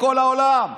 לכל העולם.